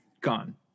gone